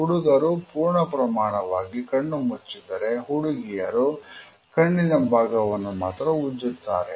ಹುಡುಗರು ಪೂರ್ಣ ಪ್ರಮಾಣವಾಗಿ ಕಣ್ಣುಮುಚ್ಚಿದರೆ ಹುಡುಗಿಯರು ಕಣ್ಣಿನ ಭಾಗವನ್ನು ಮಾತ್ರ ಉಜ್ಜುತ್ತಾರೆ